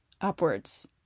upwards